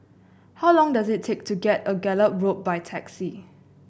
how long does it take to get a Gallop Road by taxi